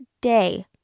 day